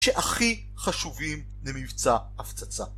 שהכי חשובים למבצע הפצצה.